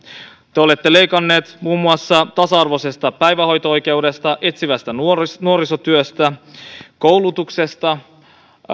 te olette leikanneet muun muassa tasa arvoisesta päivähoito oikeudesta etsivästä nuorisotyöstä koulutuksesta